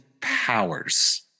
powers